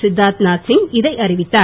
சித்தார்த் நாத் சிங் இதை அறிவித்தார்